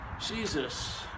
Jesus